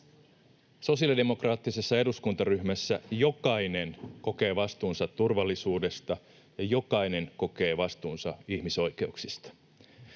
Sosiaalidemokraattisessa eduskuntaryhmässä jokainen kokee vastuunsa turvallisuudesta ja jokainen kokee vastuunsa ihmisoikeuksista.